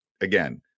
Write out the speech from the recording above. again